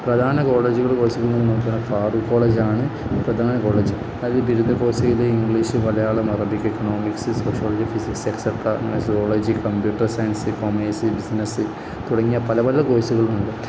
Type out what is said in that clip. പ്രധാന കോളേജുകൾ കോഴ്സുകളെന്നു പറഞ്ഞാല് ഫാറൂഖ് കോളേജാണു പ്രധാന കോളേജ് അതായത് ബിരുദ കോഴ്സ് ഇംഗ്ലീഷ് മലയാളം അറബി economics sociology physics etcetera zoology computer science commerce business തുടങ്ങിയ പല പല കോഴ്സുകളുണ്ട്